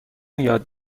یاد